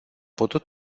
putut